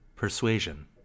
Persuasion